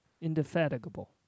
Indefatigable